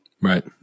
Right